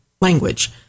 language